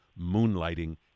Moonlighting